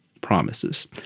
promises